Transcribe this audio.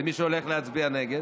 למי שהולך להצביע נגד,